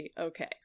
Okay